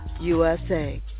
USA